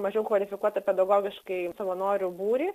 mažiau kvalifikuotą pedagogiškai savanorių būrį